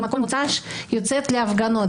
כמעט כל מוצאי שבת אני יוצאת להפגנות.